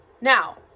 Now